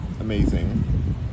amazing